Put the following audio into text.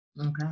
Okay